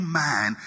man